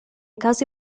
casi